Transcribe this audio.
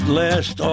last